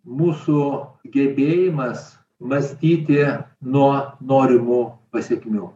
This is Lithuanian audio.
mūsų gebėjimas mąstyti nuo norimų pasekmių